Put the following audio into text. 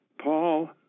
Paul